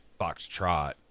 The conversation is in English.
Foxtrot